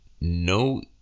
no